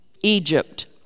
Egypt